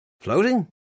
Floating